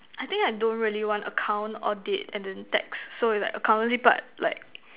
I think I don't really want account audit and then tax so is like accountancy part like